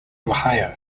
ohio